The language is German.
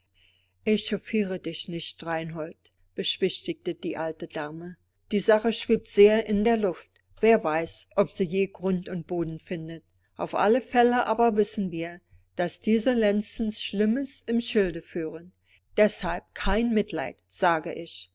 echauffiere dich nicht reinhold beschwichtigte die alte dame die sache schwebt sehr in der luft wer weiß ob sie je grund und boden findet auf alle fälle aber wissen wir daß diese lenzens schlimmes im schilde führen deshalb kein mitleid sage ich